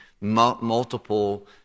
multiple